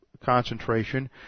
concentration